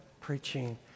preaching